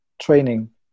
training